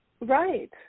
Right